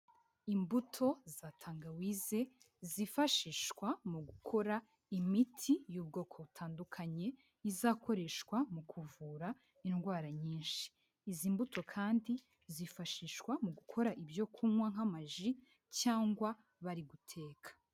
Imbuto za tangawizi zifashishwa mu gukora imiti y'ubwoko butandukanye, izakoreshwa mu kuvura indwara nyinshi, izi mbuto kandi zifashishwa mu gukora ibyo kunywa, nk'amaji cyangwa bari guteka.